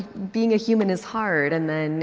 being a human is hard. and then